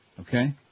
Okay